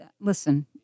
listen